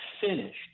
finished